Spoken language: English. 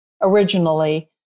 originally